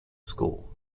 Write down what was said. school